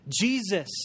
Jesus